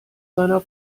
seiner